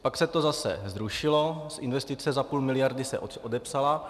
Pak se to zase zrušilo, investice za půl miliardy se odepsala.